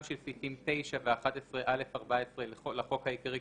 של סעיפים 9 ו-11(א)(14) לחוק העיקרי,